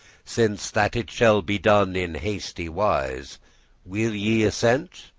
since that it shall be done in hasty wise will ye assent,